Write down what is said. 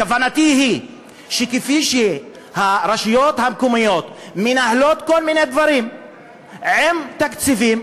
כוונתי היא שכפי שהרשויות המקומיות מנהלות כל מיני דברים עם תקציבים,